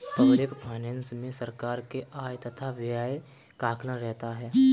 public finance मे सरकार के आय तथा व्यय का आकलन रहता है